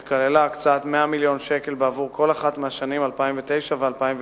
שכללה הקצאת 100 מיליון שקלים בעבור כל אחת מהשנים 2009 ו-2010.